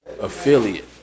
affiliate